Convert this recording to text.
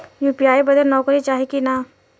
UPI बदे नौकरी चाही की ना?